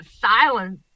silence